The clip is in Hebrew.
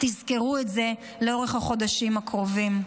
תזכרו את זה לאורך החודשים הקרובים.